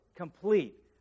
complete